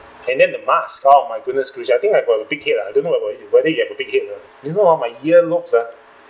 and then the mask oh my goodness gracious I think I've a big head lah I don't know about you whether you have a big head or not you know hor my earlobes ah